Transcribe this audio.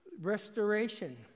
restoration